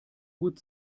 gut